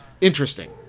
interesting